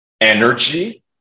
energy